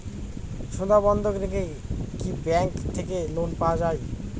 সোনা বন্ধক রেখে কি ব্যাংক থেকে ঋণ পাওয়া য়ায়?